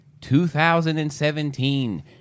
2017